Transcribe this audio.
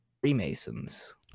Freemasons